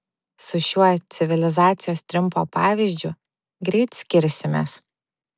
su šiuo civilizacijos triumfo pavyzdžiu greit skirsimės